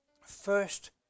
first